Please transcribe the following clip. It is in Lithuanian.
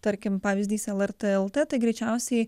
tarkim pavyzdys lrt lt tai greičiausiai